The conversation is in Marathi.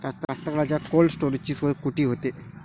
कास्तकाराइच्या कोल्ड स्टोरेजची सोय कुटी होते?